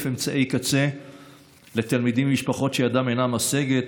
אמצעי קצה לתלמידים ממשפחות שידם אינם משגת,